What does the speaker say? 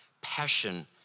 passion